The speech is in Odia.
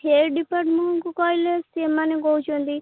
ହେଡ଼୍ ଡିପାର୍ଟମେଣ୍ଟ୍କୁ କହିଲେ ସେମାନେ କହୁଛନ୍ତି